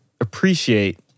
appreciate